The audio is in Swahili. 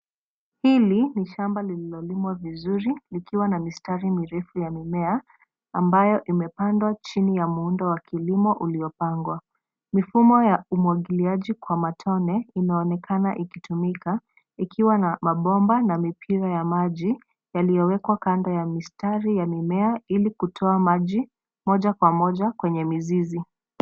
Hili ni shamba lililo limwa vizuri likiwa na mistari mirefu ya mimea ambayo imepandwa chini ya muundo wa kilimo iliopangwa. Mfumo wa umwagiliaji wa matone inaonekana ikitumika ikiwa na mabomba na mipira ya maji yaliowekwa kando ya mistari ya mimea ili kutoa maji moja kwa moja kwenye mizizi.